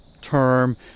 term